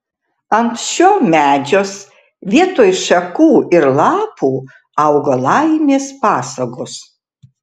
ant šio medžios vietoj šakų ir lapų auga laimės pasagos